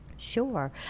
sure